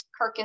Kirkus